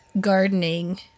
gardening